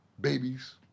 babies